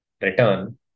return